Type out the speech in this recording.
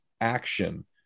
action